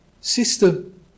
system